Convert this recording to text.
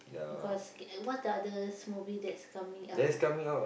because what's the others movie that's coming out